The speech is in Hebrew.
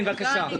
בבקשה.